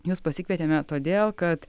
jus pasikvietėme todėl kad